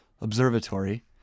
Observatory